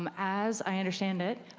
um as i understand it,